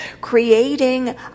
creating